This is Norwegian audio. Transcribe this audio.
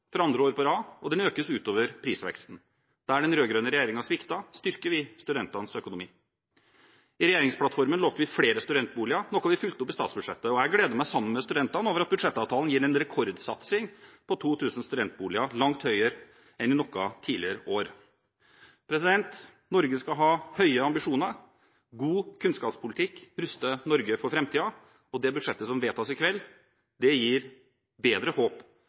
for andre år på rad, og den økes utover prisveksten. Der den rød-grønne regjeringen sviktet, styrker vi studentenes økonomi. I regjeringsplattformen lovte vi flere studentboliger, noe vi fulgte opp i statsbudsjettet. Og jeg gleder meg sammen med studentene over at budsjettavtalen gir en rekordsatsing på 2 000 studentboliger, langt høyere enn i noen tidligere år. Norge skal ha høye ambisjoner. God kunnskapspolitikk ruster Norge for framtiden, og det budsjettet som vedtas i kveld, gir bedre håp